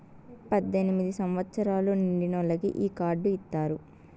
పద్దెనిమిది సంవచ్చరాలు నిండినోళ్ళకి ఈ కార్డు ఇత్తారు